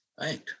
Right